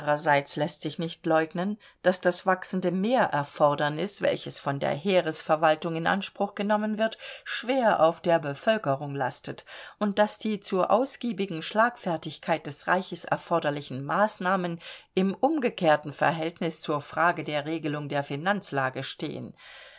läßt sich nicht leugnen daß das wachsende mehrerfordernis welches von der heeresverwaltung in anspruch genommen wird schwer auf der bevölkerung lastet und daß die zur ausgiebigen schlagfertigkeit des reiches erforderlichen maßnahmen im umgekehrten verhältnis zur frage der regelung der finanzlage stehen